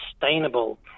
sustainable